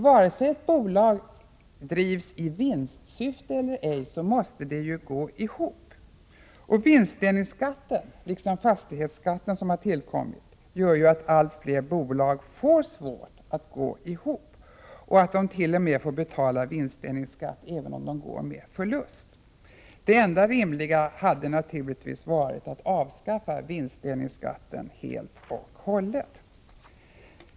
Vare sig ett bolag drivs i vinstsyfte eller ej måste det ju gå ihop. Vinstdelningsskatten, liksom den fastighetsskatt som har tillkommit nyligen, gör att allt fler bolag får svårt att gå ihop och att det.o.m. får betala vinstdelningsskatt även om de går med förlust. Det enda rimliga hade naturligtvis varit att avskaffa vinstdelningsskatten helt och hållet.